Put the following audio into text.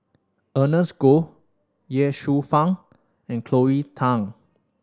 Ernest Goh Ye Shufang and Cleo Thang